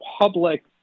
public